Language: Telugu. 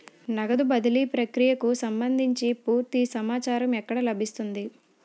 నగదు బదిలీ ప్రక్రియకు సంభందించి పూర్తి సమాచారం ఎక్కడ లభిస్తుంది?